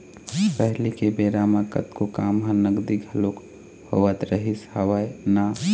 पहिली के बेरा म कतको काम ह नगदी घलोक होवत रिहिस हवय ना